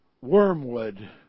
wormwood